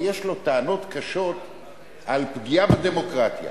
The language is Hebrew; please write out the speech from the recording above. ויש לו טענות קשות על פגיעה בדמוקרטיה.